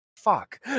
fuck